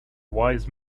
wise